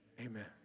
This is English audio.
amen